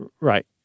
Right